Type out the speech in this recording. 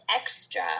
extra